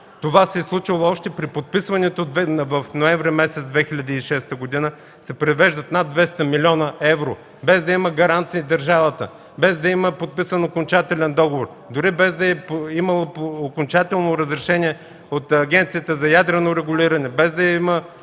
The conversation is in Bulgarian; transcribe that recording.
Това се е случило още при подписването в ноември 2006 г. се превеждат над 200 млн. евро, без да има гаранция държавата, без да има подписан окончателен договор, дори без да има окончателно разрешение от Агенцията за ядрено регулиране, без да има